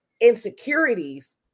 insecurities